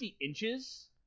inches